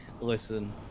Listen